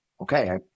okay